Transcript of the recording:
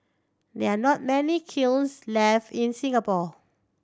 there are not many kilns left in Singapore